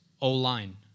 O-line